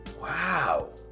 wow